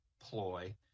ploy